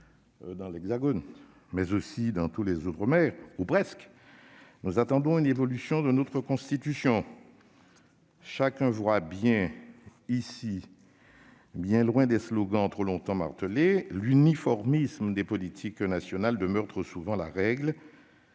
dans l'Hexagone, mais aussi dans tous les territoires d'outre-mer- ou presque -, nous attendons une évolution de notre Constitution. Chacun voit bien ici, bien loin des slogans trop longtemps martelés, que l'« uniformisme » des politiques nationales demeure trop souvent la règle,